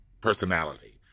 personality